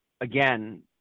again